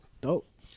dope